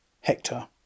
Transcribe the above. Hector